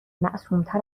معصومتر